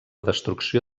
destrucció